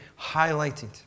highlighted